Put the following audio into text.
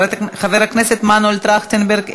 חבר הכנסת מנואל טרכטנברג,